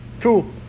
Cool